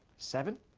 seven.